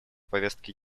повестки